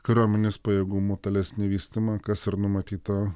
kariuomenės pajėgumų tolesnį vystymą kas ir numatyta